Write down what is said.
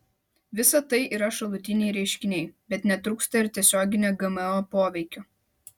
visa tai yra šalutiniai reiškiniai bet netrūksta ir tiesioginio gmo poveikio